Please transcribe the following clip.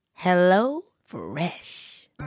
HelloFresh